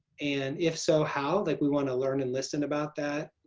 and if so how? like we want to learn and listen about that.